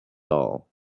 all